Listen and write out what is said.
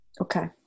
Okay